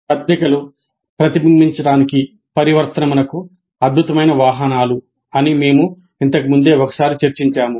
పత్రికలు ప్రతిబింబించడానికిపరివర్తనమునకు అద్భుతమైన వాహనాలు అని మేము ఇంతకు ముందే ఒకసారి చర్చించాము